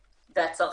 והצרכנים.